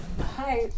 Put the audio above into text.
Hi